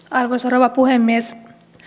arvoisa rouva puhemies